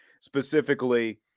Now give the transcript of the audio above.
specifically